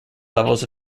levels